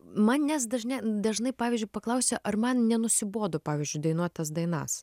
manęs dažnia dažnai pavyzdžiui paklausia ar man nenusibodo pavyzdžiui dainuot tas dainas